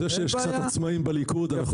זה שיש קצת עצמאים בליכוד אנחנו